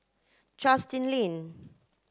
Justin Lean